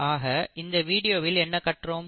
ஆக இந்த வீடியோவில் என்ன கற்றோம்